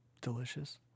Delicious